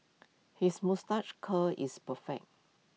his moustache curl is perfect